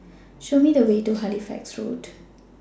Show Me The Way to Halifax Road